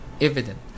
evident